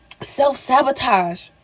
self-sabotage